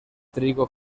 trigo